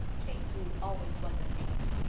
kate drew always was a minx.